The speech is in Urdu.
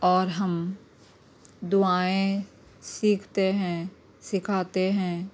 اور ہم دعائیں سیکھتے ہیں سکھاتے ہیں